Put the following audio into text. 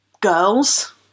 girls